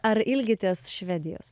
ar ilgitės švedijos